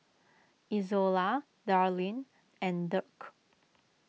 Izola Darleen and Dirk